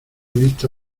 vista